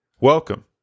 Welcome